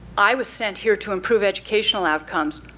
i was sent here to improve educational outcomes.